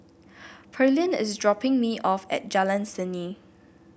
Pearline is dropping me off at Jalan Seni